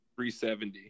370